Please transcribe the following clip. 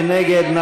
מי נגד?